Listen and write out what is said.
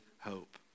hope